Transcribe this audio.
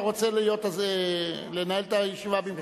אתה רוצה לנהל את הישיבה במקומי?